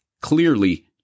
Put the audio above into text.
clearly